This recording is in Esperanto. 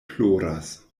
ploras